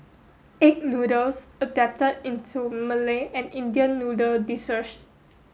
egg noodles adapted into Malay and Indian noodle dishes